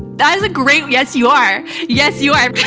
that is a great. yes, you are. yes, you are.